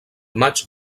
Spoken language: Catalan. maig